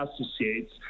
associates